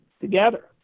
together